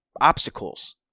Obstacles